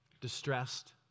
distressed